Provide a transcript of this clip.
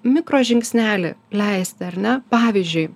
mikro žingsnelį leisti ar ne pavyzdžiui